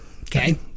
Okay